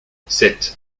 sept